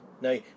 Now